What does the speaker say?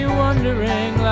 wondering